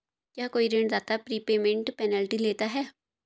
क्या कोई ऋणदाता प्रीपेमेंट पेनल्टी लेता है?